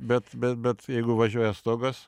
bet bet bet jeigu važiuoja stogas